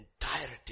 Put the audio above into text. entirety